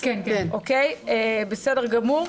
אוקיי, בסדר גמור.